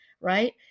right